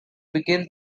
begin